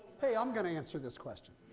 hey, um going to answer this question.